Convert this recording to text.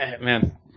Man